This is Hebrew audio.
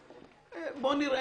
שהם לא רוצים להיכנס --- אני מבין.